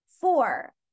four